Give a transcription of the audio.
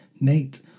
Nate